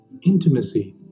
Intimacy